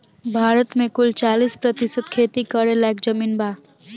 भारत मे कुल चालीस प्रतिशत खेती करे लायक जमीन बा